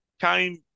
came